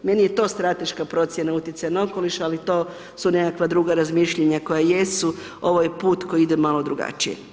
Meni je to strateška procjena utjecaja na okoliš, ali to su neka druga razmišljanja koja jesu, ovo je put koji ide malo drugačije.